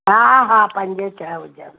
हां हां पंज छह हुजनि